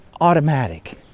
automatic